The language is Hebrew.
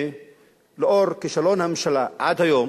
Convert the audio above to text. לאור כישלון הממשלה עד היום